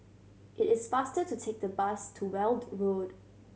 it is faster to take the bus to Weld Road